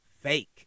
fake